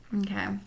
Okay